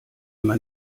man